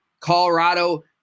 Colorado